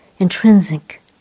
Intrinsic